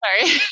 Sorry